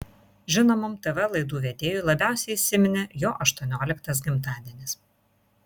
žinomam tv laidų vedėjui labiausiai įsiminė jo aštuonioliktas gimtadienis